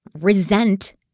resent